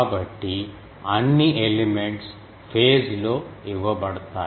కాబట్టి అన్ని elements phase లో ఇవ్వబడతాయి